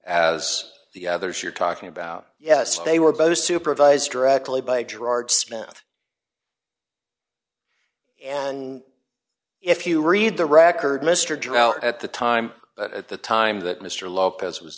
as the others you're talking about yes they were both supervised directly by gerard spence and if you read the record mr drew out at the time at the time that mr lopez was